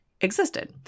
existed